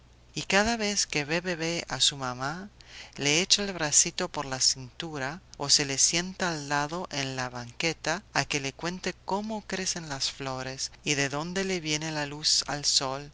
y cada vez que ve bebé a su mamá le echa el bracito por la cintura o se le sienta al lado en la banqueta a que le cuente cómo crecen las flores y de dónde le viene la luz al sol